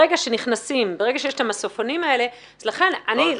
ברגע שיש את המסופונים האלה, זה אחרת.